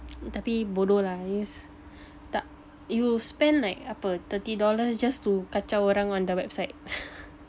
tapi bodoh lah just tak you spend like ape thirty dollars just to kacau orang on the website